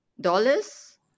dollars